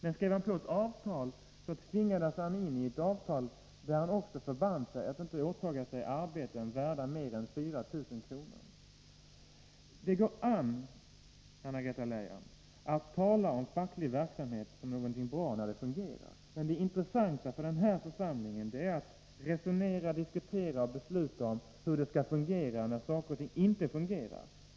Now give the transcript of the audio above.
Men skriver han på ett avtal, skulle han tvingas in i avtal där han också förband sig att inte åta sig arbeten värda mer än 4 000 kr. Det går an, Anna-Greta Leijon, att tala om facklig verksamhet som någonting bra när den fungerar, men det intressanta för den här församlingen är att diskutera och besluta om hur det skall vara när saker och ting inte fungerar.